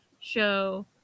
show